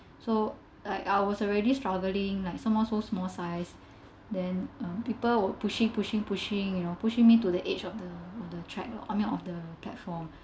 so like I was already struggling like some more so small size then(uh) people were pushing pushing pushing you know pushing me to the edge of the of the track lor I mean of the uh platform